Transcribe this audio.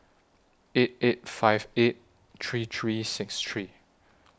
eight eight five eight three three six three